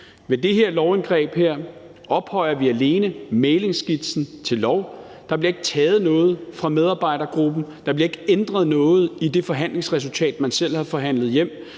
Med det her lovindgreb ophøjer vi alene mæglingsskitsen til lov. Der bliver ikke taget noget fra medarbejdergruppen. Der bliver ikke ændret noget i det forhandlingsresultat, man selv har forhandlet hjem.